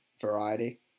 variety